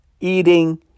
Eating